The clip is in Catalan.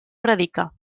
predica